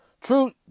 True